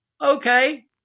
okay